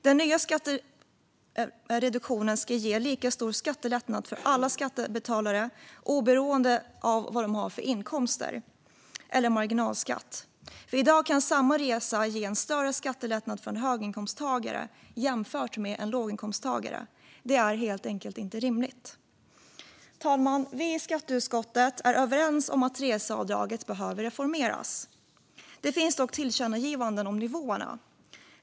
Den nya skattereduktionen ska ge lika stor skattelättnad för alla skattebetalare, oberoende av vad de har för inkomster eller marginalskatt. I dag kan samma resa innebära en större skattelättnad för en höginkomsttagare än för en låginkomsttagare. Det är helt enkelt inte rimligt. Fru talman! Vi i skatteutskottet är överens om att reseavdraget behöver reformeras. Det finns dock tillkännagivanden om nivåerna.